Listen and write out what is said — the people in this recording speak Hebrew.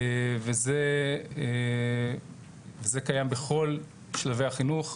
וזה קיים בכל שלבי החינוך,